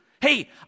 Hey